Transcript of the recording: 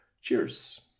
Cheers